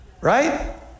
Right